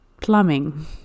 plumbing